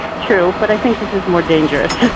true but i think this is more dangerous.